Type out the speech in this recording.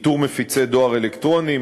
איתור מפיצי דואר אלקטרוני,